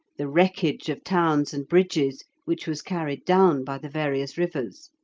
the wreckage of towns and bridges which was carried down by the various rivers,